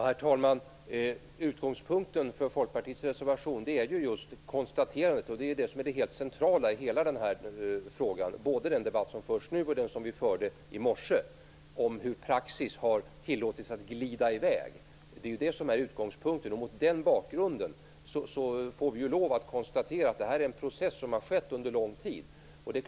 Herr talman! Utgångspunkten för Folkpartiets reservation är just hur praxis har tillåtits att glida i väg. Det har ju varit den helt centrala i frågan, både i den debatt som förs nu och i den som vi förde i morse. Mot den bakgrunden får vi lov att konstatera att detta är en process som har skett under lång tid.